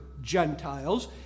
Gentiles